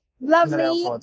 lovely